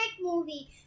movie